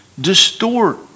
distort